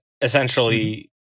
Essentially